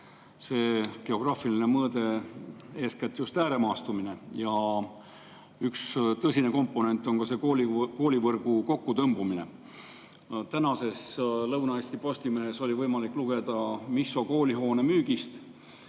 see geograafiline mõõde eeskätt ääremaastumine. Ja üks tõsine komponent on ka koolivõrgu kokkutõmbumine. Tänasest Lõuna-Eesti Postimehest oli võimalik lugeda Misso koolihoone müügist.